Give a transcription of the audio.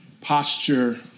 posture